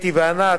אתי וענת,